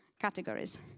categories